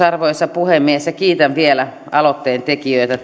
arvoisa puhemies kiitän vielä aloitteen tekijöitä